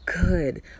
Good